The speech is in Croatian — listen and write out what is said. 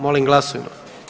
Molim glasujmo.